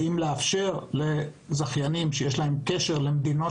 האם לאפשר לזכיינים שיש להם קשר למדינות